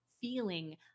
feeling